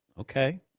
Okay